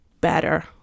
better